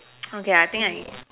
okay I think I